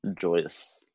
joyous